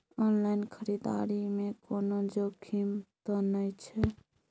Online खरीददारी में कोनो जोखिम त नय छै?